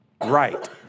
right